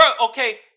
okay